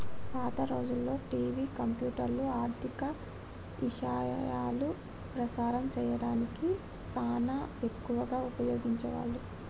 పాత రోజుల్లో టివి, కంప్యూటర్లు, ఆర్ధిక ఇశయాలు ప్రసారం సేయడానికి సానా ఎక్కువగా ఉపయోగించే వాళ్ళు